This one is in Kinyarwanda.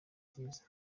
ryiza